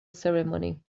ceremony